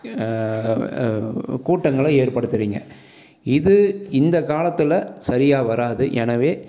கூட்டங்களை ஏற்படுத்துறீங்க இது இந்த காலத்தில் சரியாக வராது எனவே